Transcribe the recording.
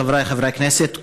חבריי חברי הכנסת,